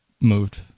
moved